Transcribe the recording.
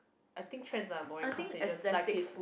I think trends are annoying cause they just like it